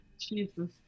Jesus